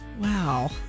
Wow